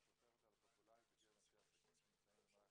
מה שהופך אותה לפופולרית בקרב אנשי עסקים שנמצאים במהלך